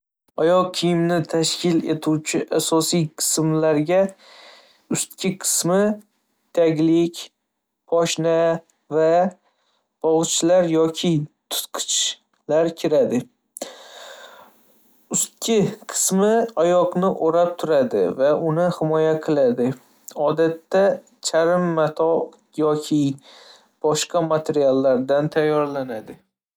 Oyoq kiyimini tashkil etuvchi asosiy qismlariga ustki qismi taglik poshna va bog'ichlar yoki tutqichlar kiradi. Ustki qismi oyoqni o'rab turadi va uni himoya qiladi, odatda charm, mato yoki boshqa materiallardan tayyorlanadi.